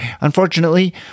Unfortunately